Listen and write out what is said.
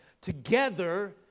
Together